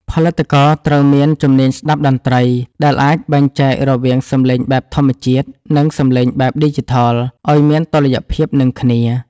ផលិតករត្រូវមាន ជំនាញស្ដាប់តន្ត្រី ដែលអាចបែងចែករវាងសំឡេងបែបធម្មជាតិ និងសំឡេងបែបឌីជីថល ឱ្យមានតុល្យភាពនឹងគ្នា។